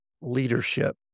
leadership